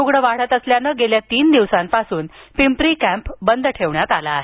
रुग्ण वाढत असल्याने गेल्या तीन दिवसापासून पिंपरी कॅम्प बंद ठेवण्यात आला आहे